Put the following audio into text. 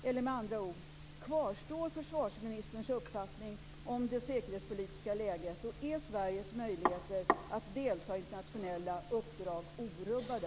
Eller med andra ord: Kvarstår försvarsministerns uppfattning om det säkerhetspolitiska läget, och är Sveriges möjligheter att delta i internationella uppdrag orubbade?